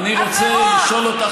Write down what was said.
אני רוצה לשאול אותך,